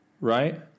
right